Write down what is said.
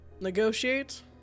Negotiate